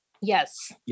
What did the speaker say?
Yes